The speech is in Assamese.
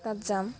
তাত যাম